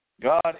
God